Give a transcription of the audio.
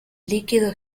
líquido